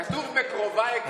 כתוב: בקרוביי אקדש,